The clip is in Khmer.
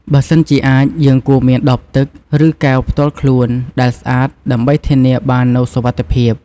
បើសិនជាអាចយើងគួរមានដបទឹក ឬកែវផ្ទាល់ខ្លួនដែលស្អាតដើម្បីធានាបាននូវសុវត្ថិភាព។